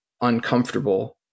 uncomfortable